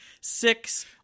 Six